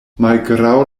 malgraŭ